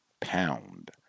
pound